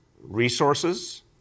resources